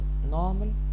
normal